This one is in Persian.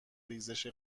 ریزش